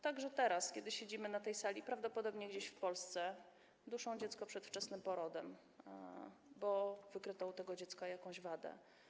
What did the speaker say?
Także teraz, kiedy siedzimy na tej sali, prawdopodobnie gdzieś w Polsce duszą dziecko przedwczesnym porodem, bo wykryto u tego dziecka jakąś wadę.